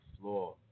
floor